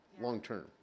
long-term